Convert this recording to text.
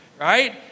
right